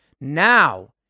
Now